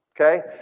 Okay